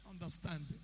understanding